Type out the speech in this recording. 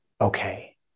okay